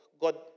God